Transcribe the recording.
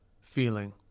feeling